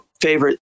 favorite